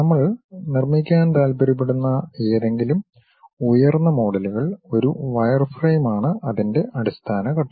നമ്മൾ നിർമ്മിക്കാൻ താൽപ്പര്യപ്പെടുന്ന ഏതെങ്കിലും ഉയർന്ന മോഡലുകൾ ഒരു വയർഫ്രെയിമാണ് അതിൻ്റെ അടിസ്ഥാന ഘട്ടം